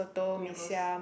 Mee-Rebus